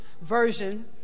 version